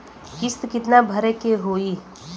किस्त कितना भरे के होइ?